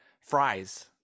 Fries